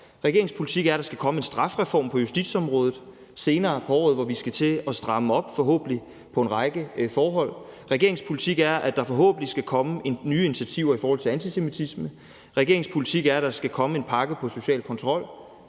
Regeringens politik er, at der skal komme en strafreform på justitsområdet senere på året, hvor vi skal til at stramme op, forhåbentlig, på en række forhold. Regeringens politik er, at der forhåbentlig skal komme nye initiativer i forhold til antisemitisme. Regeringens politik er, at der skal komme en pakke om social kontrol.